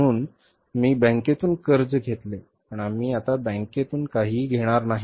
म्हणून मी बँकेतून कर्ज घेतले पण आम्ही आता बँकेतून काहीही घेणार नाही